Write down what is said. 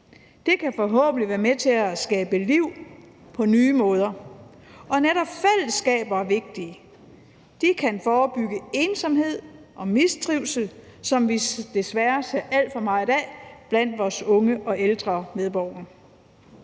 Det kan forhåbentlig være med til at skabe liv på nye måder. Og netop fællesskaber er vigtige; de kan forebygge ensomhed og mistrivsel, som vi desværre ser alt for meget af blandt vores unge og ældre medborgere.